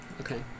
Okay